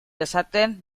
dezaten